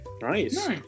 Nice